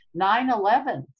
9-11